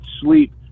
sleep